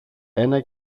ένα